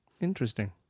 Interesting